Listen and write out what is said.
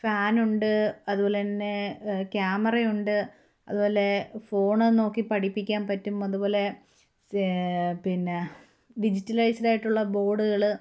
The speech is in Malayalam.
ഫാനുണ്ട് അതുപോലെതന്നെ ക്യാമറയുണ്ട് അതുപോലെ ഫോണ് നോക്കി പഠിപ്പിക്കാൻ പറ്റും അതുപോലെ പിന്നെ ഡിജിറ്റലൈസ്ഡായിട്ടുള്ള ബോർഡുകള്